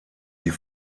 die